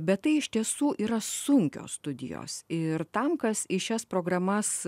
bet tai iš tiesų yra sunkios studijos ir tam kas į šias programas